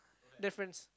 difference